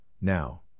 now